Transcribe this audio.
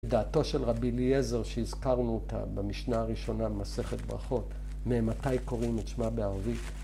דעתו של רבי אליעזר, שהזכרנו אותה במשנה הראשונה, מסכת ברכות, מאמתי קוראים את שמע בערבית?